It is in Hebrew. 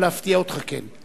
אני יכול להפתיע אותך: כן.